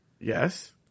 Yes